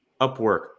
Upwork